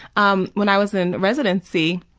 um when i was in residency,